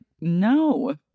no